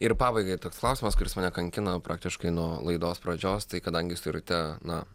ir pabaigai toks klausimas kuris mane kankina praktiškai nuo laidos pradžios tai kadangi jūs turite na